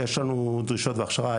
יש לנו דרישות והכשרה.